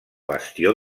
bastió